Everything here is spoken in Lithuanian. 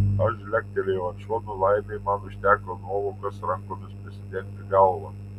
aš žlegtelėjau ant šono laimei man užteko nuovokos rankomis prisidengti galvą